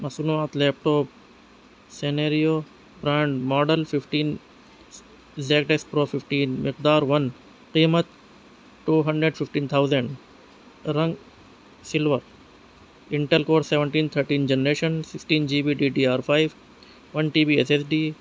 مصونوعات laptop scenario brand model fifteen زیکٹس pro fifteen مقدار one قیمت ٹو ہنڈریڈ ففٹین تھاؤزینڈ رنگ silver Intel core seventeen thirteen generation sixteen G B D D R five one T B S S D